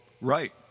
Right